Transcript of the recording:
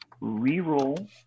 re-roll